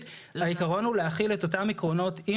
העיקרון הוא להחיל את אותם עקרונות,